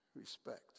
respect